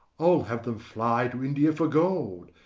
i'll have them fly to india for gold,